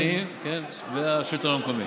משרד הפנים והשלטון המקומי.